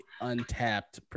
untapped